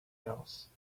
else